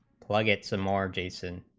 like it's a more decent